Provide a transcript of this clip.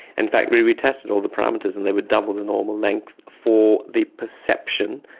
in fact we retested all the parameters and they would double the normal length for the perception,